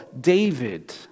David